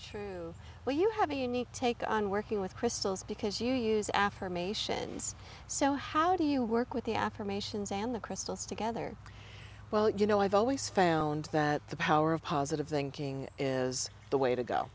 where you have a unique take on working with crystals because you use affirmations so how do you work with the affirmations and the crystals together well you know i've always found that the power of positive thinking is the way to go